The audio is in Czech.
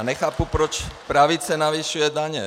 Nechápu, proč pravice zvyšuje daně.